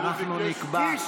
אנחנו נקבע.